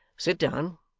sit down